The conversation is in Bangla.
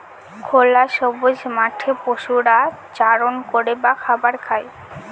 খোলা সবুজ মাঠে পশুরা চারণ করে বা খাবার খায়